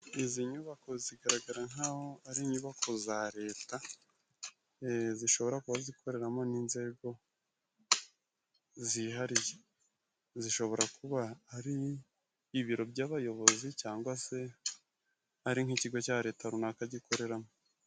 Izi nyubako zigaragara nk'aho ari inyubako za leta, zishobora kuba zikoreramo n'inzego zihariye, zishobora kuba ari ibiro by'abayobozi cyangwa se ari nk'ikigo cya leta runaka gikoreramo.